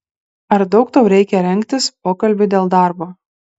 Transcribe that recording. ar daug tau reikia rengtis pokalbiui dėl darbo